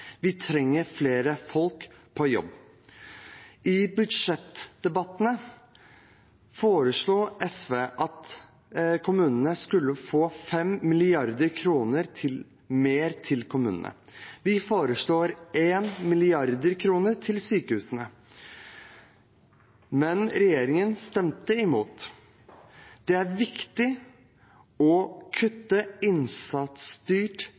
trenger flere folk på jobb. I budsjettdebatten foreslo SV 5 mrd. kr mer til kommunene, og vi foreslo 1 mrd. kr mer til sykehusene. Men regjeringen stemte imot. Det er viktig å kutte i innsatsstyrt